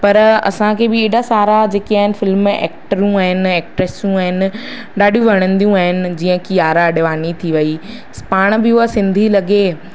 पर असांखे बि एॾा सारा जेके आहिनि फ़िल्म एक्टरुं आहिनि एक्ट्रेसूं आहिनि ॾाढी वणंदियूं आहिनि जीअं कियारा अडवानी थी वई पाण बि हूअ सिंधी लॻे